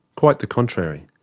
quite the contrary,